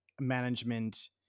management